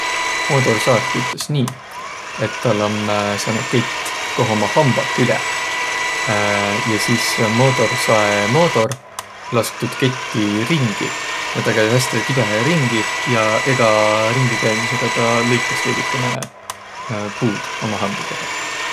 Moodorsaag tüütäs nii, et täl om sääne kett, koh ummaq hambaq küleh. Ja sis moodorsae moodor lask tuud ketti ringi. Ja tuu käü häste kibõhõhe ringi ja egä ringikäümisega tä lõikas veidikene puud.